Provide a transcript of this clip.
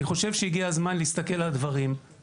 אני חושב שהגיע הזמן להסתכל על הדברים,